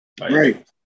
Right